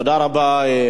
תודה רבה.